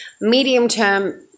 Medium-term